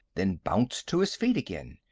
then bounced to his feet again.